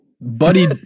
Buddy